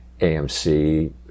AMC